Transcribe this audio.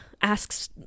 asks